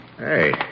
Hey